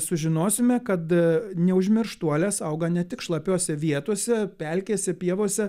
sužinosime kad neužmirštuolės auga ne tik šlapiose vietose pelkėse pievose